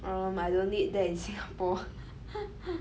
um I don't need that in Singapore